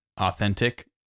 authentic